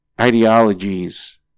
ideologies